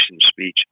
speech